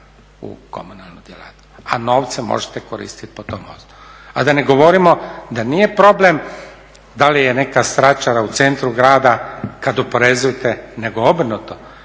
u komunalnu djelatnost, a novce možete koristiti po tom osnovu. A da ne govorimo da nije problem da li je neka stračara u centru grada kad oporezujete, nego obrnuto